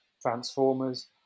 Transformers